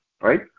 right